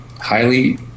highly